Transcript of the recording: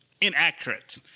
inaccurate